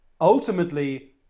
ultimately